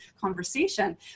conversation